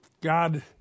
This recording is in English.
God